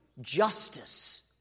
justice